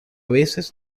veces